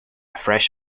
fresh